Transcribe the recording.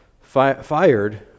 fired